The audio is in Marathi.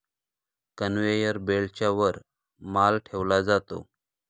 कन्व्हेयर बेल्टच्या वर माल ठेवला जातो